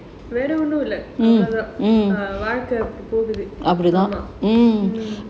வேற ஒன்னு இல்ல வாழ்க்கை போகுது:vera onnu illa vaalkai poguthu